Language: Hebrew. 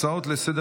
בעד, 12,